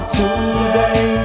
today